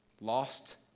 lost